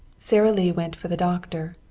sara lee went for the doctor,